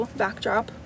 backdrop